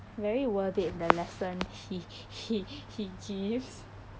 very worth it the lesson he he he he gives